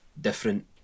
different